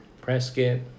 Prescott